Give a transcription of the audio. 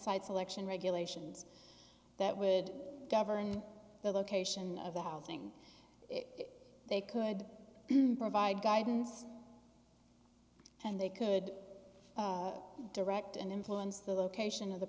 selection regulations that would govern the location of the housing they could provide guidance and they could direct and influence the location of the